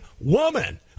woman